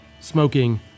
smoking